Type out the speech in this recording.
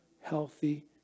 healthy